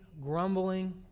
grumbling